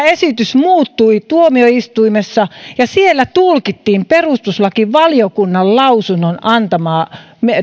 esitys muuttui tuomioistuimessa ja siellä tulkittiin perustuslakivaliokunnan lausunnon antamaa